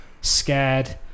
scared